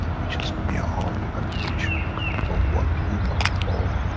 which is beyond imagination of what you might call,